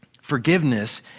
forgiveness